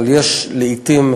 אבל יש לעתים,